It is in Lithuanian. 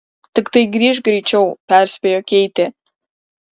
tiktai grįžk greičiau perspėjo keitė